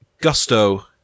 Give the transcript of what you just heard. Gusto